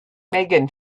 megan